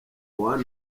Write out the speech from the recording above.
juan